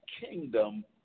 kingdom